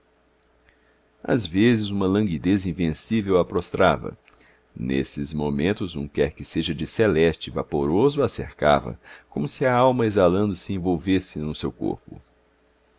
às vezes uma languidez invencível a prostrava nesses momentos um quer que seja de celeste e vaporoso a cercava como se a alma exalando se envolvesse o seu corpo